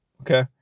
Okay